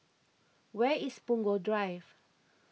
where is Punggol Drive